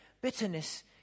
bitterness